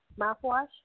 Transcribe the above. mouthwash